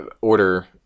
order